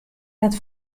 net